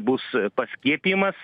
bus paskiepijamas